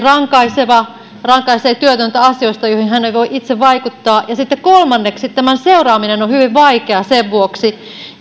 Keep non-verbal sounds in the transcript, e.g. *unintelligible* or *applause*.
*unintelligible* rankaiseva rankaisee työtöntä asioista joihin hän ei voi itse vaikuttaa ja sitten kolmanneksi tämän seuraaminen on hyvin vaikeaa sen vuoksi